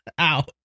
Ow